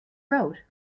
road